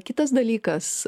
kitas dalykas